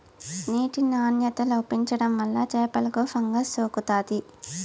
నీటి నాణ్యత లోపించడం వల్ల చేపలకు ఫంగస్ సోకుతాది